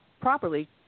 properly